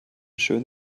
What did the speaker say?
schön